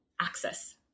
access